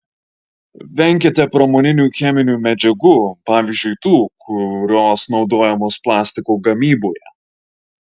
venkite pramoninių cheminių medžiagų pavyzdžiui tų kurios naudojamos plastiko gamyboje